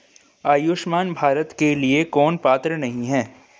आयुष्मान भारत के लिए कौन पात्र नहीं है?